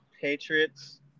Patriots